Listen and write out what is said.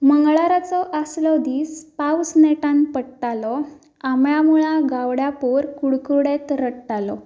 मंगळाराचो आसलो दीस पावस नेटान पडटालो आंब्या मुळांत गावड्या पोर कुडकुडत रडटालो